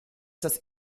das